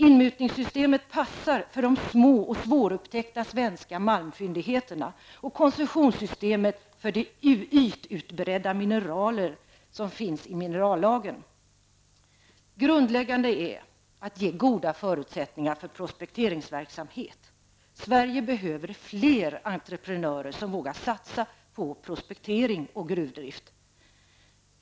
Inmutningssystemet passar för de små och svårupptäckta svenska malmfyndigheterna och koncessionssystemet för de ytutbredda mineraler som finns i minerallagen. Grundläggande är att ge goda förutsättningar för prospekteringsverksamhet. Sverige behöver fler entreprenörer som vågar satsa på prospektering och gruvdrift.